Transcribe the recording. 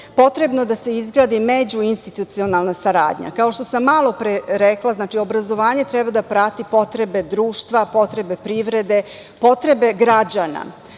potrebno da se izgradi među institucionalna saradnja. Kao što sam malopre navela, obrazovanje treba da prati potrebe društva, potrebe privrede, potrebe građana.